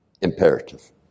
Imperative